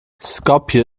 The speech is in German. skopje